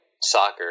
soccer